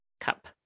cup